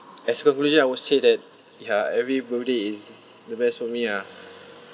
as conclusion I would say that ya every birthday is the best for me ah